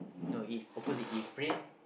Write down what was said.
no is opposite if rain